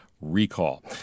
recall